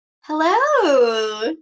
Hello